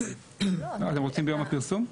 אתם רוצים ביום הפרסום?